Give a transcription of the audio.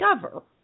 discover